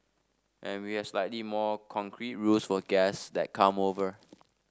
and we have slightly more concrete rules for guests that come over